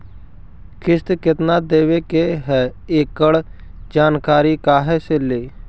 किस्त केत्ना देबे के है एकड़ जानकारी कहा से ली?